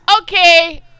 okay